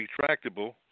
retractable